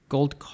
Gold